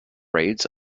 raids